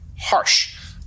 harsh